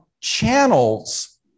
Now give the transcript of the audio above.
channels